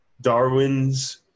Darwin's